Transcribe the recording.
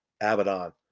Abaddon